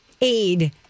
aid